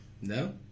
No